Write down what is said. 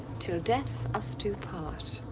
till death us do part.